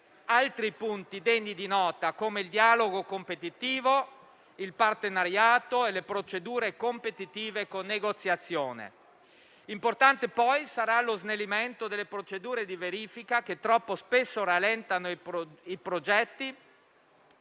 altri punti degni di nota, come il dialogo competitivo, il partenariato e le procedure competitive con negoziazione. Importante sarà poi lo snellimento delle procedure di verifica, che troppo spesso rallentano i progetti,